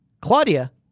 Claudia